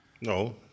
No